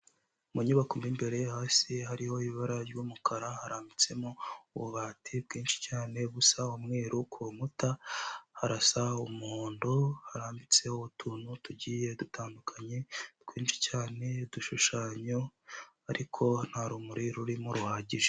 Mu nyubako mo imbere hasi hariho ibara ry'umukara harambitsemo ububati bwinshi cyane busa umweru, ku nkuta harasa umuhondo harambitseho utuntu tugiye dutandukanye twinshi cyane udushushanyo ariko nta rumuri rurimo ruhagije.